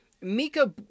Mika